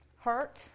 hurt